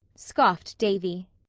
scoffed davy.